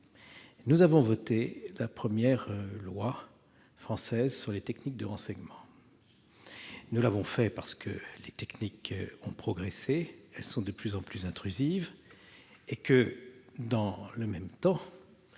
Nous avons voté la première loi française sur les techniques de renseignement. Nous l'avons fait parce que les techniques ont progressé- elles sont de plus en plus intrusives -et parce que, dans le même temps,